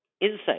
insight